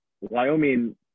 Wyoming